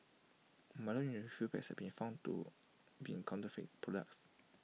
milo in refill packs been found to been counterfeit products